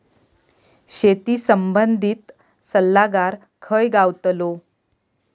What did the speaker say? शेती संबंधित सल्लागार खय गावतलो?